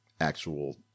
actual